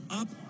up